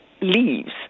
leaves